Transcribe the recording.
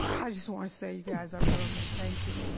i just wanna say you guys are brilliant, thank you.